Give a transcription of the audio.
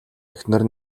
эхнэр